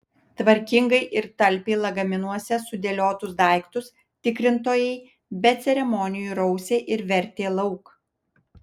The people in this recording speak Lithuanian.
tvarkingai ir talpiai lagaminuose sudėliotus daiktus tikrintojai be ceremonijų rausė ir vertė lauk